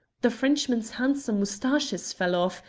the frenchman's handsome moustaches fell off,